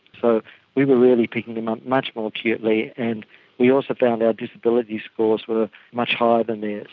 so we were really picking them up much more acutely, and we also found our disability scores were much higher than theirs.